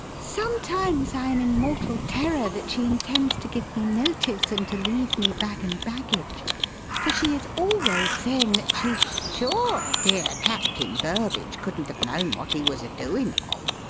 sometimes i am in mortal terror that she intends to give me notice and to leave me bag and baggage for she is always saying that she's sure dear captain burbage couldn't have known what he was a-doing of,